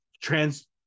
trans